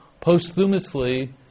posthumously